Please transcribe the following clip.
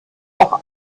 auch